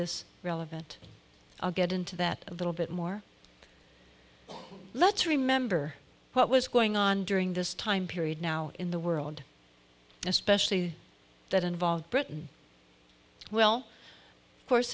this relevant i'll get into that little bit more let's remember what was going on during this time period now in the world especially that involve britain well of course